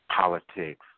politics